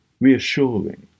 reassuring